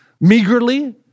meagerly